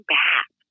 back